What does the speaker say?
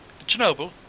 Chernobyl